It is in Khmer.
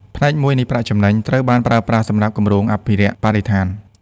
ផ្នែកមួយនៃប្រាក់ចំណេញ ត្រូវបានប្រើប្រាស់សម្រាប់គម្រោងអភិរក្សបរិស្ថាន។